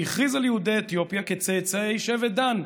שהכריז על יהודי אתיופיה כצאצאי שבט דן,